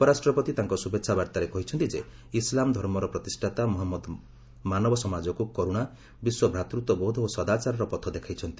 ଉପରାଷ୍ଟ୍ରପତି ତାଙ୍କ ଶୁଭେଚ୍ଛା ବାର୍ତ୍ତାରେ କହିଚ୍ଚନ୍ତି ଯେ ଇସ୍ଲାମ ଧର୍ମର ପ୍ରତିଷ୍ଠାତା ମହମ୍ମଦ ମାନବ ସମାଜକୁ କରୁଣା ବିଶ୍ୱ ଭ୍ରାତୃତ୍ୱବୋଧ ଓ ସଦାଚାରର ପଥ ଦେଖାଇଛନ୍ତି